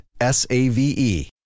S-A-V-E